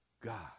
god